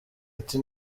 ati